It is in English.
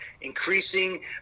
increasing